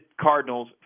Cardinals